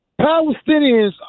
Palestinians